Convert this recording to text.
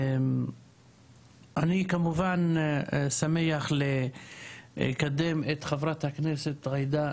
אני כמובן שמח לקדם את חברת הכנסת ג'ידא